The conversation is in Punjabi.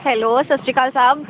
ਹੈਲੋ ਸਤਿ ਸ਼੍ਰੀ ਅਕਾਲ ਸਾਹਿਬ